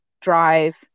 drive